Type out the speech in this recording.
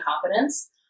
confidence